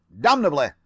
damnably